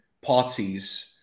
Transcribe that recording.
parties